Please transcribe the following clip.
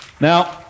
Now